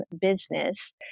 business